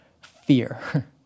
fear